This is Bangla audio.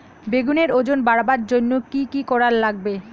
বেগুনের ওজন বাড়াবার জইন্যে কি কি করা লাগবে?